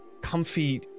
comfy